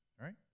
Right